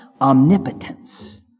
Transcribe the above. omnipotence